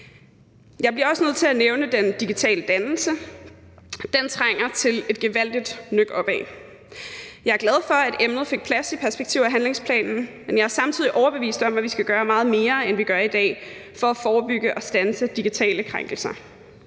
Jeg bliver også nødt til at nævne den digitale dannelse. Den trænger til et gevaldigt nøk opad. Jeg er glad for, at emnet fik plads i perspektiv- og handlingsplanen, men jeg er samtidig overbevist om, at vi skal gøre meget mere, end vi gør i dag, for at forebygge og standse digitale krænkelser.